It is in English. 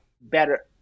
better